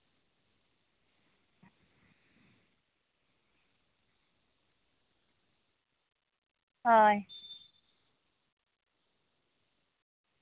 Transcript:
ᱦᱳᱭ